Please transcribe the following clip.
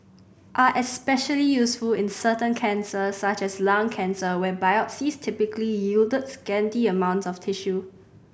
are especially useful in certain cancers such as lung cancer where biopsies typically yield scanty amount of tissue